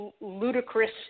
ludicrous